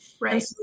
right